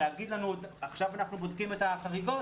להגיד לנו: עכשיו אנחנו בודקים את החריגות,